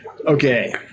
Okay